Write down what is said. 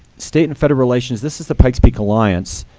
state and federal relations, this is the pikes peak alliance.